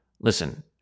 listen